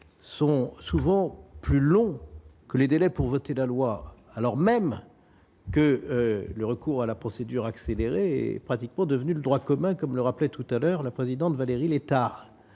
sont souvent plus longs que les délais pour voter la loi, alors même que le recours à la procédure accélérée est pratiquement devenu le droit commun, comme le rappelait tout à l'heure, la présidente Valérie Létard,